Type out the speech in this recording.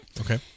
Okay